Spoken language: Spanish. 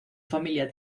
familia